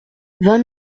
vingt